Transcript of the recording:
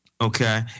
Okay